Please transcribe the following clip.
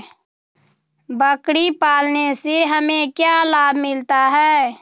बकरी पालने से हमें क्या लाभ मिलता है?